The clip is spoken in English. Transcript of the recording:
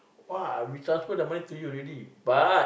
!wah! we transfer the money to you already but